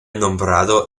nombrado